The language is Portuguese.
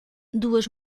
duas